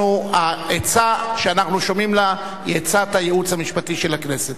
והעצה שאנחנו שומעים לה היא עצת הייעוץ המשפטי של הכנסת.